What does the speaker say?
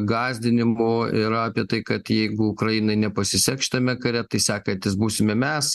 gąsdinimų yra apie tai kad jeigu ukrainai nepasiseks šitame kare tai sakantys būsime mes